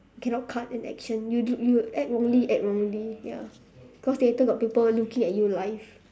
cannot cut in action you you act wrongly act wrongly ya because theatre got people looking at you live